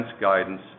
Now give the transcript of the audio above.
guidance